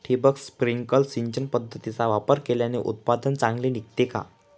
ठिबक, स्प्रिंकल सिंचन पद्धतीचा वापर केल्याने उत्पादन चांगले निघते का?